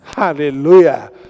Hallelujah